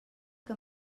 que